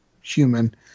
human